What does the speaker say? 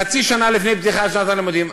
חצי שנה לפני פתיחת שנת הלימודים.